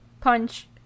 punch